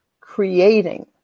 creating